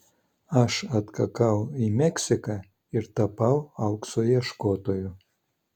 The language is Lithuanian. aš atkakau į meksiką ir tapau aukso ieškotoju